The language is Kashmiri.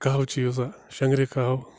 کَہوٕ چیٚیِو سا شَنٛگرِ کَہوٕ